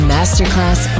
Masterclass